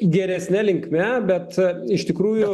geresne linkme bet iš tikrųjų